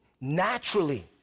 naturally